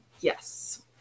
Yes